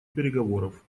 переговоров